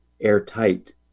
airtight